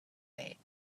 day